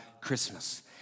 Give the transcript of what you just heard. Christmas